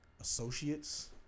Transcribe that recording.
Associates